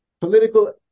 political